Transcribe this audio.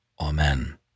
Amen